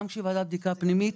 גם כשהיא ועדת בדיקה פנימית,